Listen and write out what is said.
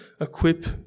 equip